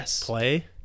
play